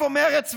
ואיפה מרצ ורע"מ,